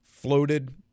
floated